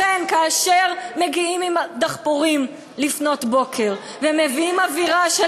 לכן כאשר מגיעים עם דחפורים לפנות בוקר ומביאים אווירה של